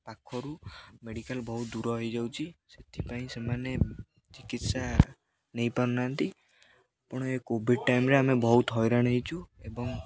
ପାଖରୁ ମେଡ଼ିକାଲ ବହୁତ ଦୂର ହେଇଯାଉଛି ସେଥିପାଇଁ ସେମାନେ ଚିକିତ୍ସା ନେଇ ପାରୁନାହାନ୍ତି ଆଉ ଏ କୋଭିଡ଼ ଟାଇମରେ ଆମେ ବହୁତ ହଇରାଣ ହେଇଚୁ ଏବଂ